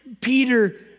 Peter